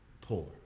poor